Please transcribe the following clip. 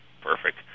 perfect